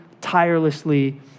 tirelessly